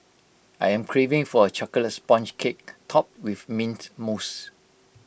I am craving for A Chocolate Sponge Cake Topped with Mint Mousse